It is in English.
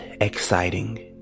exciting